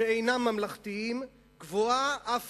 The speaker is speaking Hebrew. שאינם ממלכתיים, גבוהה אף